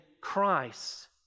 Christ